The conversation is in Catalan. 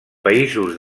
països